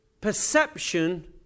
perception